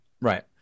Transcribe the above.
Right